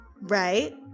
Right